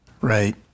Right